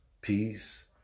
peace